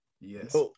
Yes